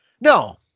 No